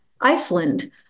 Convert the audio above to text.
Iceland